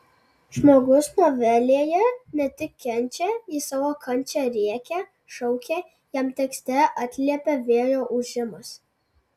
žmogus novelėje ne tik kenčia jis savo kančią rėkia šaukia jam tekste atliepia vėjo ūžimas